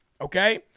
okay